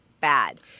bad